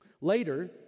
Later